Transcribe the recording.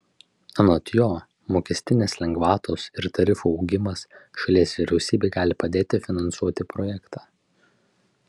anot jo mokestinės lengvatos ir tarifų augimas šalies vyriausybei gali padėti finansuoti projektą